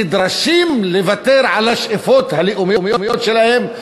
נדרשים לוותר על השאיפות הלאומיות שלהם,